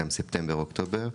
גם ספטמבר-אוקטובר,